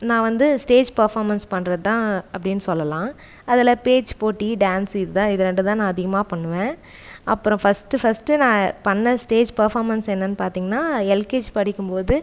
நான் வந்து stage performance பண்ணுறது தான் அப்படினு சொல்லலாம் அதில் பேச்சு போட்டி டான்ஸு இதுதான் இது இரண்டுதான் நான் அதிகமாக பண்ணுவேன் அப்புறோம் ஃபஸ்ட்டு ஃபஸ்ட்டு நான் பண்ண ஸ்டேஜ் பேர்ஃபாமன்ஸ் என்னன்னு பார்த்தீங்னா எல்கேஜி படிக்கும் போது